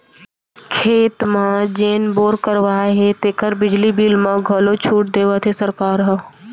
खेत म जेन बोर करवाए हे तेकर बिजली बिल म घलौ छूट देवत हे सरकार ह